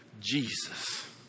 Jesus